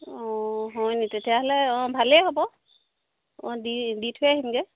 অঁ হয়নি তেতিয়াহ'লে অঁ ভালেই হ'ব অঁ দি দি থৈ আহিমগৈ